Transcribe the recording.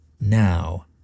now